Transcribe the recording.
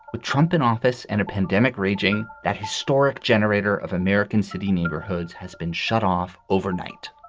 with trump in office and a pandemic raging, that historic generator of american city neighborhoods has been shut off overnight